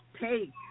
take